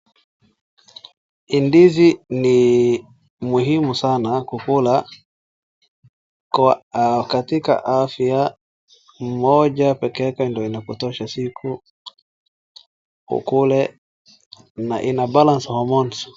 Ndizi ni muhimu sana kukula katika afya. Moja peke yake ndio inakutosha siku ukule na ina balance hormones .